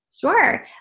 Sure